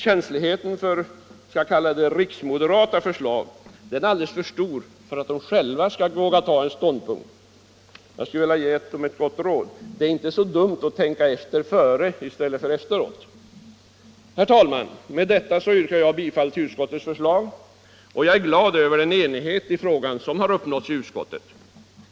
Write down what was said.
Känsligheten för riksmoderata förslag är alldeles för stor för att de själva skall våga ta en ståndpunkt. Jag skulle vilja ge dem ett gott råd: Det är inte så dumt att tänka efter före i stället för efteråt. Herr talman! Med detta yrkar jag bifall till utskottets förslag. Jag är glad för den enighet i frågan som har uppnåtts i utskottet.